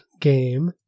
game